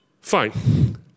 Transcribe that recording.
Fine